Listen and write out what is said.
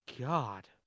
God